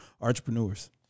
entrepreneurs